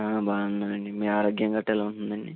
బాగున్నానండి మీ ఆరోగ్యం గట్రా ఎలా ఉంటుందండి